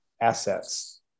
assets